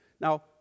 Now